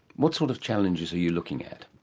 what sort of challenges are you looking at?